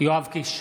יואב קיש,